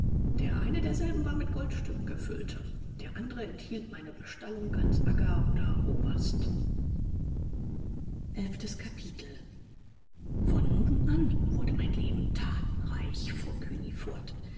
der eine derselben war mit goldstücken gefüllt der andere enthielt meine bestallung als aga oder oberst von nun an wurde mein leben thatenreich fuhr cugny fort